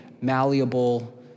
malleable